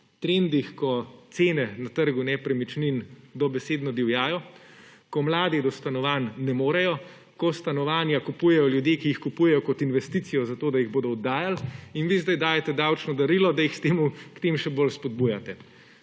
trendih, ko cene na trgu nepremičnin dobesedno divjajo, ko mladi do stanovanj ne morejo, ko stanovanja kupujejo ljudje, ki jih kupujejo kot investicijo zato, da jih bodo oddajali, jim vi zdaj dajete davčno darilo, da jih k temu še bolj spodbujate,